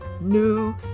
New